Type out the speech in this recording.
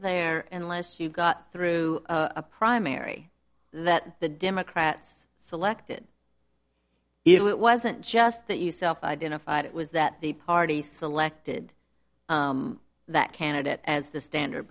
there unless you got through a primary that the democrats selected it wasn't just that you self identified it was that the party selected that candidate as the standard